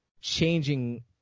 changing